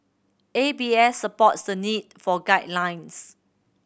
A B S supports the need for guidelines